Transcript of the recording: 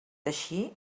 així